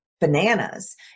bananas